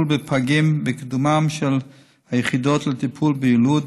בפגים ובקידומן של היחידות לטיפול בילוד,